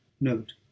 note